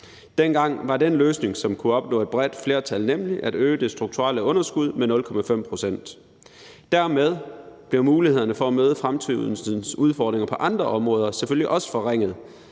Dengang var den løsning, som kunne opnå et bredt flertal, nemlig at øge det strukturelle underskud med 0,5 pct. Dermed blev mulighederne for at møde fremtidens udfordringer på andre områder selvfølgelig også forringet,